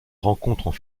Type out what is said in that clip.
rencontrent